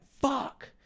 Fuck